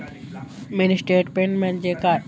Mini statement म्हणजे काय?